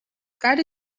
got